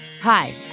Hi